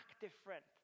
different